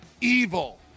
Evil